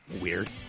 Weird